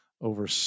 over –